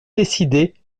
décidé